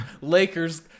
lakers